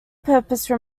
purpose